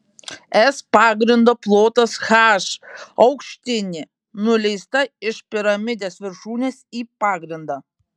s pagrindo plotas h aukštinė nuleista iš piramidės viršūnės į pagrindą